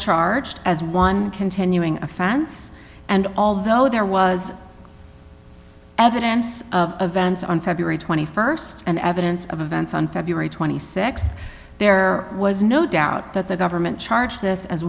charged as one continuing offense and although there was evidence of vents on february twenty first and evidence of events on february twenty sixth there was no doubt that the government charged this as